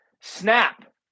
snap